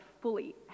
fully